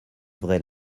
vraie